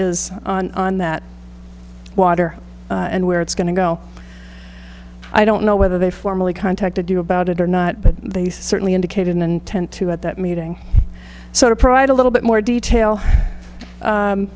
is on that water and where it's going to go i don't know whether they formally contacted you about it or not but they certainly indicated an intent to at that meeting so to provide a little bit more detail